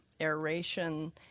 aeration